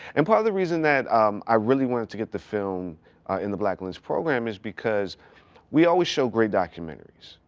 and part of the reason that i really wanted to get the film in the black lens program is because we always show great documentaries,